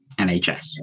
nhs